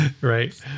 Right